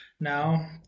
now